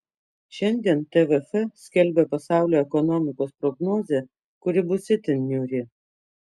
šiandien tvf skelbia pasaulio ekonomikos prognozę kuri bus itin niūri